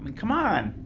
come on,